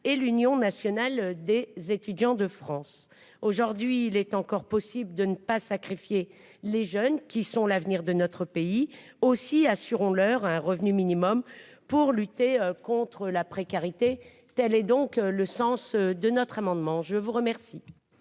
et l'Union nationale des étudiants de France, aujourd'hui il est encore possible de ne pas sacrifier les jeunes qui sont l'avenir de notre pays aussi assurons leur un revenu minimum pour lutter contre la précarité, telle est donc le sens de notre amendement, je vous remercie.